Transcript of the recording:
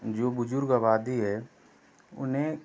जो बुजुर्ग आबादी है उन्हें